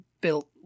built